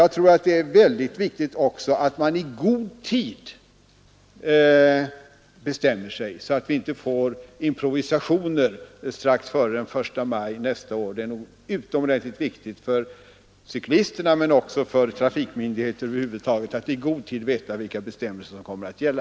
Det är också mycket viktigt att man bestämmer sig i god tid, så att det inte uppstår komplikationer strax före den 1 maj nästa år. Det är utomordentligt viktigt för cyklisterna men också för trafikmyndigheterna att alla i god tid vet vilka bestämmelser som kommer att gälla.